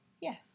Yes